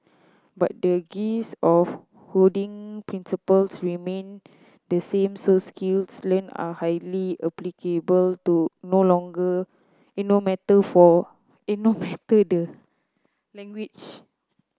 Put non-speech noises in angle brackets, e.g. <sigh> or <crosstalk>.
but the <unintelligible> of coding principles remained the same so skills learnt are highly applicable do no longer in no matter for <noise> in no matter the language